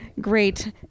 great